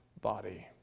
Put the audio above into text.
body